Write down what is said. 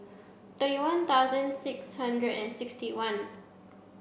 thirty one thousand six hundred and sixty one